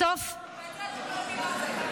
העיקר שתפרטי מה זה.